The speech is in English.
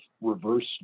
reverse